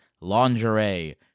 lingerie